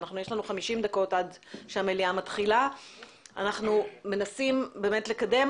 יש לנו 50 דקות עד שהמליאה מתחילה ואנחנו מנסים לקדם